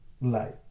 light